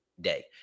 day